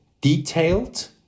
detailed